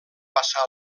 passar